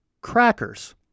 crackers